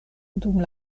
dum